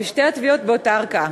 בשתי התביעות באותה ערכאה.